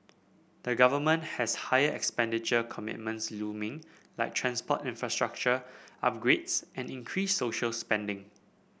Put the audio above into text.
the government has higher expenditure commitments looming like transport infrastructure upgrades and increased social spending